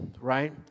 right